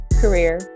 career